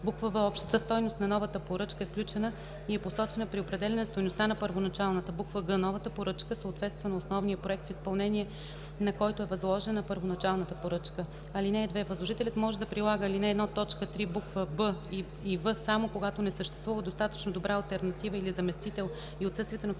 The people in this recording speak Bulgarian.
в) общата стойност на новата поръчка е включена и е посочена при определяне стойността на първоначалната; г) новата поръчка съответства на основния проект, в изпълнение на който е възложена първоначалната поръчка. (2) Възложителят може да прилага ал. 1, т. 3, букви „б” и „в” само когато не съществува достатъчно добра алтернатива или заместител и отсъствието